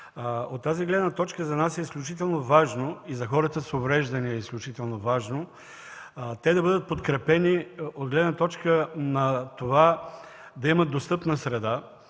От тази гледна точка за нас и за хората с увреждания е изключително важно те да бъдат подкрепени от гледна точка на това да имат достъпна среда,